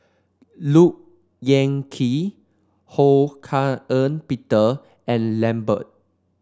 Look Yan Kit Ho Hak Ean Peter and Lambert